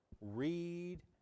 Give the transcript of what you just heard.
Read